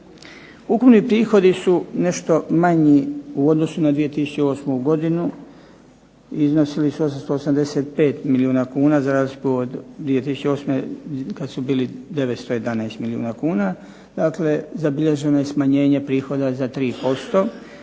Ukupni prihodi su nešto manji u odnosu na 2008. godinu iznosili su 885 milijuna kuna za razliku od 2008. kada su bili 911 milijuna kuna, znači zabilježeno je smanjenje prihoda za 3%,